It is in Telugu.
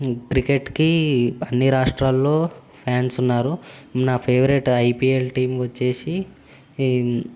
క్రికెట్కి అన్ని రాష్ట్రాల్లో ఫ్యాన్స్ ఉన్నారు నా ఫేవరెట్ ఐపిఎల్ టీం వచ్చేసి